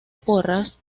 porras